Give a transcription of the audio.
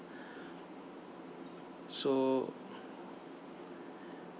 so